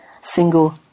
single